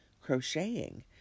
crocheting